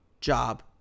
job